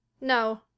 no